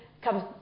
comes